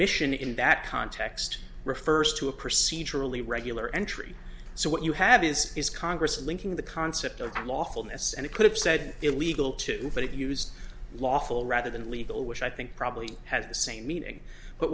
emission in that context refers to a procedurally regular entry so what you have is is congress linking the concept of lawfulness and put it said illegal too but it used lawful rather than legal which i think probably has the same meaning but